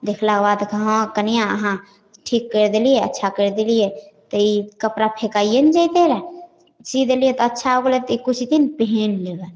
देखलाके बाद हँ कनिआँ अहाँ ठीक करि देलिए अच्छा करि देलिए तऽ ई कपड़ा फेकाइए ने जेतै रहै सी देलिए तऽ अच्छा हो गेलै तऽ ई किछु दिन पहिन लेबै